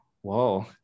Whoa